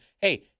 Hey